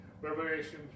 Revelation